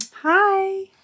Hi